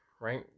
Right